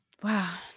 Wow